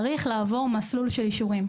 צריך לעבור מסלול של אישורים.